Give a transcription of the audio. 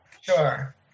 Sure